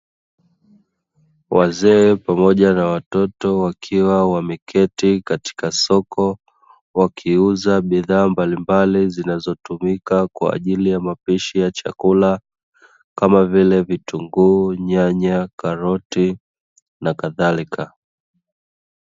Wazee pamoja na watoto wakiwa wameketi katika soko wakiuza bidhaa mbalimbali zinazo tumika kwa ajili ya mapishi ya chakula kama vile vitunguu, nyanya, karoti na kadhalika.